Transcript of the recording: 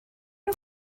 nhw